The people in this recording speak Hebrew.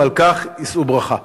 ועל כך יישאו ברכה.